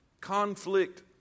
Conflict